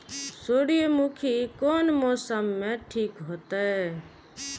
सूर्यमुखी कोन मौसम में ठीक होते?